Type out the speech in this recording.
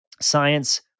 science